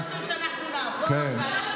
אתם חושבים שאנחנו נעבוד ואנחנו נשרת,